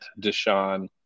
Deshaun